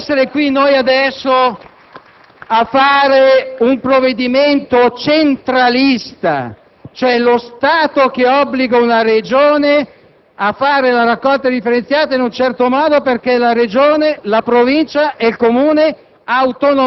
Ho molti amici che hanno fatto e stanno facendo i presidenti di Provincia, che sono consiglieri regionali e so che queste robe che avete descritto, e sulle quali sono perfettamente e personalmente d'accordo, sono di competenza del Comune, della Provincia e della Regione.